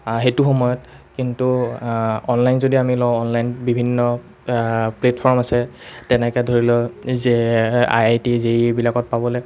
সেইটো সময়ত কিন্তু অনলাইন যদি আমি লওঁ অনলাইন বিভিন্ন প্লেটফৰ্ম আছে তেনেকৈ ধৰি লওক যে I I T J E ইবিলাকত পাবলৈ